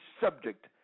subject